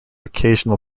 occasional